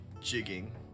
jigging